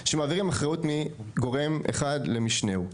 שמעבירים אחריות מגורם אחד למשנהו.